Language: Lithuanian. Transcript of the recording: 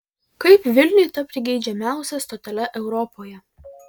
kaip vilniui tapti geidžiamiausia stotele europoje